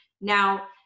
Now-